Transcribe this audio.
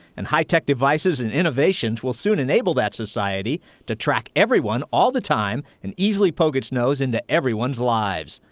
and high-tech devices and innovations will soon enable that society to track everyone all the time and easily poke its nose into everyone's lives.